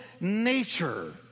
nature